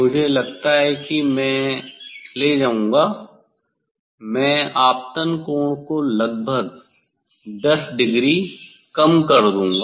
मुझे लगता है कि मैं ले जाऊंगा मैं आपतन कोण को लगभग 10 डिग्री कम कर दूंगा